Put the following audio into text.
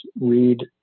read